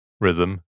rhythm